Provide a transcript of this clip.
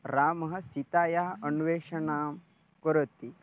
रामः सीतायाः अन्वेषणम् करोति